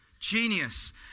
Genius